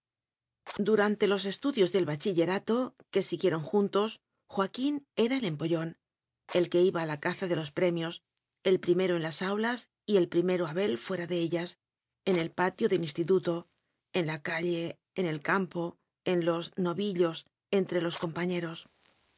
durante los estudios del bachillerato que siguieron juntos joaquín era el empollón el que iba a la caza de los premios el primero en las aulas y el primero abel fuera de ellas en el patio del instituto en la calle en el cam po en los novillos entre los compañeros